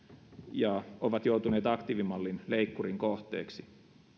ja ovat joutuneet aktiivimallin leikkurin kohteeksi